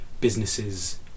businesses